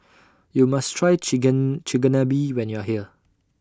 YOU must Try Chigenabe when YOU Are here